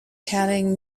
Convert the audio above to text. telling